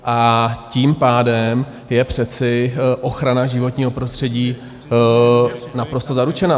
A tím pádem je přeci ochrana životního prostředí naprosto zaručena.